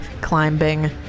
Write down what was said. climbing